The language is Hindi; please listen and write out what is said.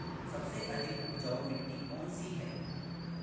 सबसे अधिक उपजाऊ मिट्टी कौन सी है?